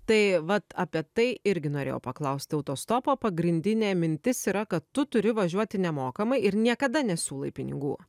tai vat apie tai irgi norėjau paklausti autostopo pagrindinė mintis yra kad tu turi važiuoti nemokamai ir niekada nesiūlai pinigų